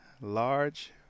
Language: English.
large